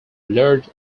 large